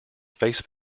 face